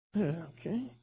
Okay